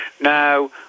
now